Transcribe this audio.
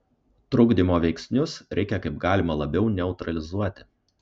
trukdymo veiksnius reikia kaip galima labiau neutralizuoti